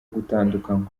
gutandukanywa